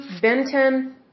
Benton